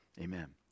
Amen